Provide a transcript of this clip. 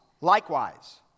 likewise